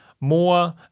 more